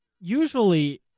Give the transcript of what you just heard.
Usually